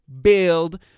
build